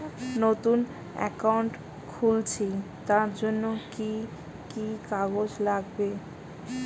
নতুন অ্যাকাউন্ট খুলছি তার জন্য কি কি কাগজ লাগবে?